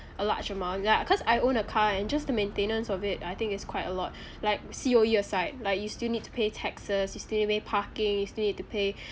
a large amount ya cause I own a car and just the maintenance of it I think it's quite a lot like C_O_E aside like you still need to pay taxes you still need to pay parking you still need to pay